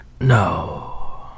No